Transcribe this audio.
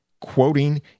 quoting